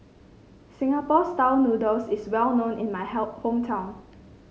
Singapore style noodles is well known in my hometown